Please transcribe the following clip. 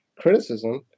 criticism